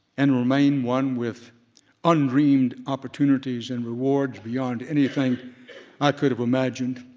and remain one with undreamed opportunities and rewards beyond anything i could have imagined,